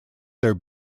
their